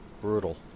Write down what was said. brutal